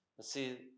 see